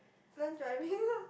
learn driving lah